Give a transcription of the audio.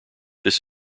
this